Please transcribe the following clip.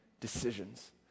decisions